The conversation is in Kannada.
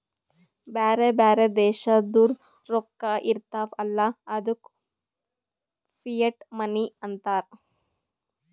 ಬ್ಯಾರೆ ಬ್ಯಾರೆ ದೇಶದೋರ್ದು ರೊಕ್ಕಾ ಇರ್ತಾವ್ ಅಲ್ಲ ಅದ್ದುಕ ಫಿಯಟ್ ಮನಿ ಅಂತಾರ್